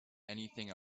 anything